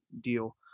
deal